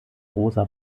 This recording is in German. rosa